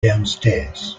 downstairs